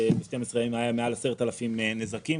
ב-12 ימים היו מעל 10,000 נזקים.